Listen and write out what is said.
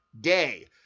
day